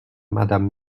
madame